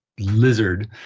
lizard